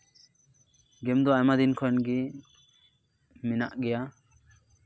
ᱜᱮᱢ ᱫᱚ ᱟᱭᱢᱟ ᱫᱤᱱ ᱠᱷᱚᱱ ᱜᱮ ᱢᱮᱱᱟᱜ ᱜᱮᱭᱟ